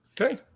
Okay